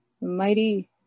mighty